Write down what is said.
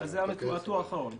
זה בטור האחרון.